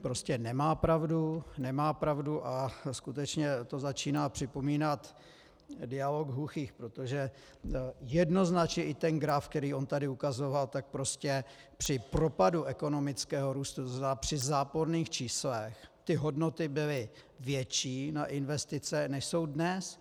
Prostě nemá pravdu, nemá pravdu a skutečně to začíná připomínat dialog hluchých, protože jednoznačně i ten graf, který on tady ukazoval, tak prostě při propadu ekonomického růstu při záporných číslech ty hodnoty byly větší na investice, než jsou dnes.